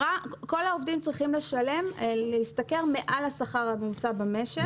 כל העובדים צריכים להשתכר מעל השכר הממוצע במשק.